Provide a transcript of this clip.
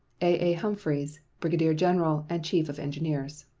a a. humphreys, brigadier-general and chief of engineers.